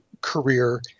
career